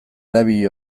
erabili